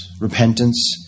repentance